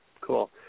cool